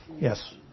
Yes